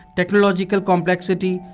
technological complexity,